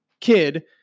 kid